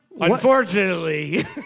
Unfortunately